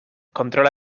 controla